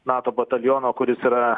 nato bataliono kuris yra